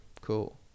cool